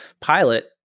Pilot